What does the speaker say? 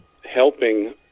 helping